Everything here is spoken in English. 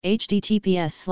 https